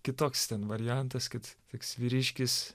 kitoks ten variantas kad toks vyriškis